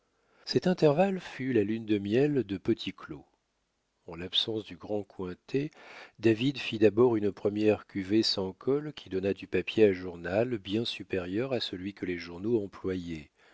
cet intervalle fut la lune de miel de petit claud en l'absence du grand cointet david fit d'abord une première cuvée sans colle qui donna du papier à journal bien supérieur à celui que les journaux